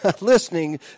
listening